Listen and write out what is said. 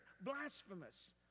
blasphemous